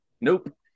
nope